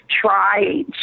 Try